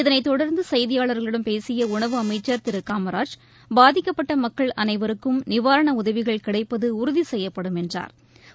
இதனைத் தொடா்ந்து செய்தியாளா்களிடம் பேசிய உணவு அமைச்சா் திரு காமராஜ் பாதிக்கப்பட்ட மக்கள் அனைவருக்கும் நிவாணர உதவிகள் கிடைப்பது உறுதி செய்யப்படும் என்றாா்